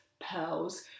pearls